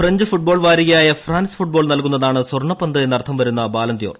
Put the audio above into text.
French football വാരികയായ France football നൽകുന്നതാണ് സ്വർണ്ണപ്പന്ത് എന്ന് അർത്ഥം വരുന്ന ബാലൺദ്യോർ